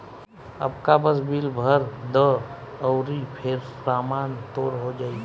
अबका बस बिल भर द अउरी फेर सामान तोर हो जाइ